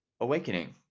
awakening